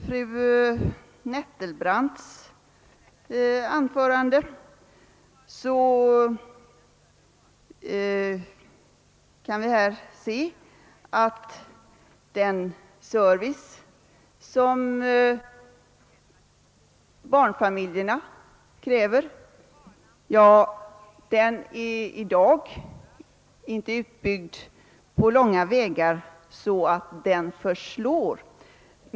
Fru Nettelbrandt sade att den service som barnfamiljerna kräver inte på långa vägar är utbyggd så att den förslår.